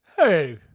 Hey